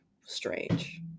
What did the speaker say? strange